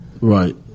Right